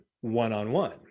one-on-one